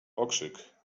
okrzyk